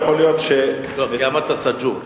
וגם אמרת סאג'ור.